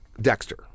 Dexter